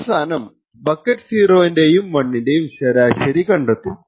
അവസാനം ബക്കറ്റ് 0 ൻറെയും 1 ൻറെയും ശരാശരി കണ്ടെത്തും